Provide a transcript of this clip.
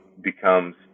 becomes